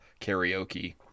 karaoke